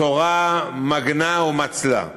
"תורה מגנא ומצלא".